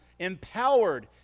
empowered